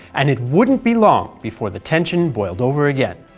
and it wouldn't be long before the tension boiled over again.